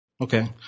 Okay